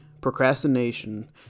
procrastination